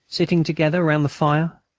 sitting together round the fire?